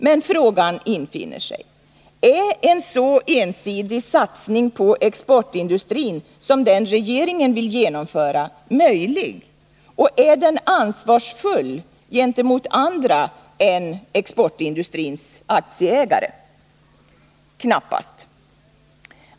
Men frågan infinner sig: Är en så ensidig satsning på exportindustrin som den regeringen vill genomföra möjlig och är den ansvarsfull gentemot andra än exportindustrins aktieägare? Nr 54 Knappast.